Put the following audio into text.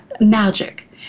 magic